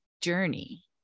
journey